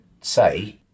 say